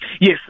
Yes